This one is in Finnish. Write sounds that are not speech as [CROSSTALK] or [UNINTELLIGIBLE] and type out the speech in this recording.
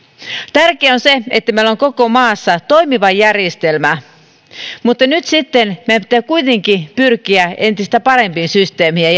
tärkeää on se että meillä on koko maassa toimiva järjestelmä mutta nyt sitten meidän pitää kuitenkin pyrkiä entistä parempien systeemien [UNINTELLIGIBLE]